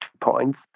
points